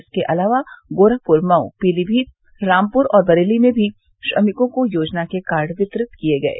इसके अलावा गोरखपुर मऊ पीलीभीत रामपुर और बरेली में भी श्रमिकों को योजना के कार्ड वितरित किये गये